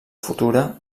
futura